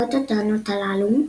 למרות הטענות הללו,